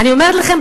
אני אומרת לכם,